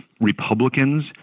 Republicans